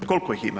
Kolko ih ima?